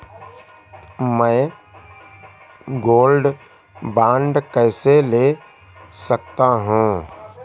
मैं gold bond कैसे ले सकता हूँ?